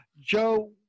Joe